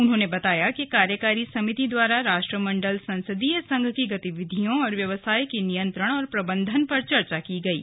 उन्होंने बताया कि कार्यकारी समिति द्वारा राष्ट्रमंडल संसदीय संघ की गतिविधियों और व्यवसाय के नियंत्रण और प्रबंधन पर चर्चा की गयी